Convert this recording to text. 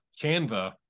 Canva